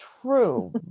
true